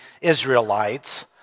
Israelites